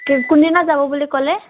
কোনদিনা যাব বুলি ক'লে